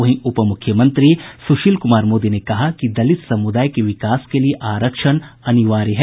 वहीं उप मुख्यमंत्री सुशील कुमार मोदी ने कहा कि दलित समुदाय के विकास के लिए आरक्षण अनिवार्य है